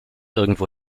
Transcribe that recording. irgendwo